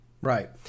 Right